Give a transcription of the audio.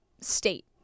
state